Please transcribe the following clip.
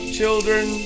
children